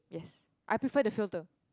yes I prefer the filter